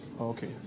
Okay